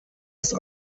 ist